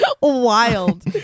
Wild